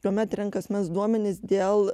kuomet renka asmens duomenis dėl